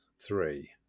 three